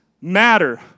matter